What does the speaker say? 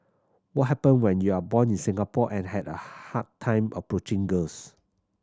what happen when you are born in Singapore and had a hard time approaching girls